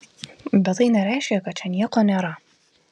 bet tai nereiškia kad čia nieko nėra